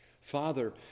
father